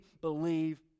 believe